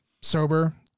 sober